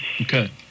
Okay